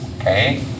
okay